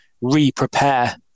re-prepare